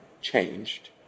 changed